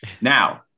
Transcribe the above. Now